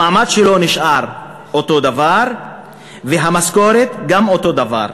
המעמד שלו נשאר אותו דבר, והמשכורת גם אותו דבר.